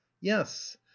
yes